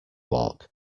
walk